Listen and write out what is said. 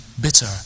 bitter